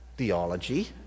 theology